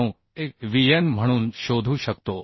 9Avn म्हणून शोधू शकतो